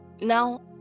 now